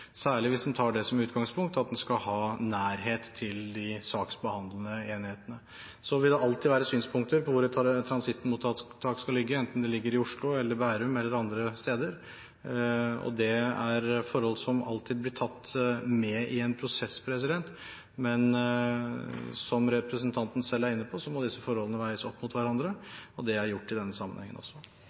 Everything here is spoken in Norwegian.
særlig hvis en tar det som utgangspunkt at en skal ha nærhet til de saksbehandlende enhetene. Så vil det alltid være synspunkter på hvor et transittmottak skal ligge, enten det ligger i Oslo, i Bærum eller andre steder. Det er forhold som alltid blir tatt med i en prosess, men som representanten selv er inne på, må disse forholdene veies opp mot hverandre, og det er også gjort i denne sammenhengen.